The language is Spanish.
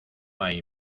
hay